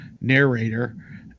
narrator